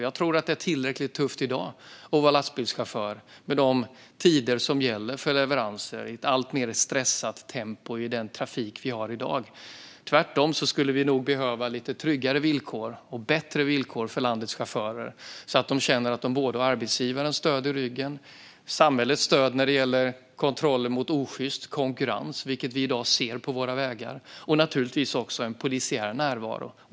Jag tror att det är tillräckligt tufft att vara lastbilschaufför i dag med de tider som gäller för leveranser i ett alltmer stressigt tempo i den trafik vi har i dag. Tvärtom skulle vi nog behöva lite tryggare och bättre villkor för landets chaufförer, så att de känner att de har både arbetsgivarens och samhällets stöd i ryggen när det gäller kontroller mot osjyst konkurrens, vilket vi i dag ser på våra vägar, och naturligtvis också en polisiär närvaro.